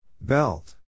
belt